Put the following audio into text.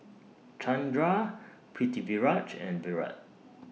Chandra Pritiviraj and Virat